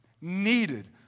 needed